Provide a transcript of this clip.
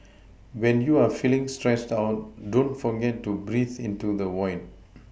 when you are feeling stressed out don't forget to breathe into the void